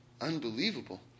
unbelievable